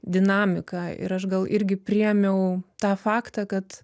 dinamika ir aš gal irgi priėmiau tą faktą kad